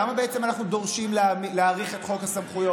למה בעצם אנחנו דורשים להאריך את חוק הסמכויות?